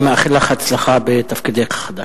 ומאחל לך הצלחה בתפקידך החדש.